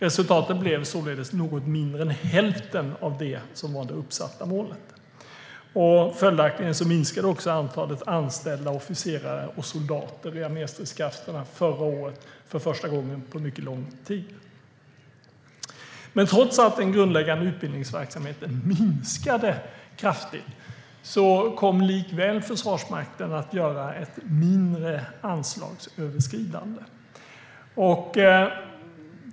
Resultatet blev således något mindre än hälften av det uppsatta målet. Följaktligen minskade också antalet anställda officerare och soldater i arméstridskrafterna förra året för första gången på mycket lång tid. Trots att den grundläggande utbildningsverksamheten minskade kraftigt kom likväl Försvarsmakten att göra ett mindre anslagsöverskridande.